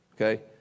okay